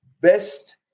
best